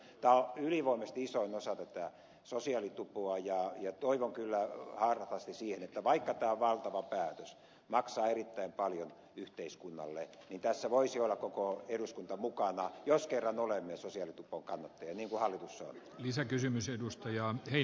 tämä on ylivoimaisesti isoin osa tätä sosiaalitupoa ja toivon kyllä hartaasti että vaikka tämä on valtava päätös maksaa erittäin paljon yhteiskunnalle niin tässä voisi olla koko eduskunta mukana jos kerran olemme sosiaalitupon kannattajia niin kuin hallitus on